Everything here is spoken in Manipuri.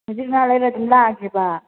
ꯍꯧꯖꯤꯛ ꯉꯥꯛ ꯂꯩꯔ ꯑꯗꯨꯝ ꯂꯥꯛꯑꯒꯦꯕ